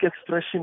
expression